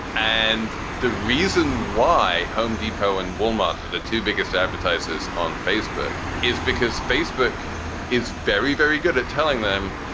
and the reason why home depot and wal-mart are the two biggest advertisers on facebook is because facebook is very, very good at telling them,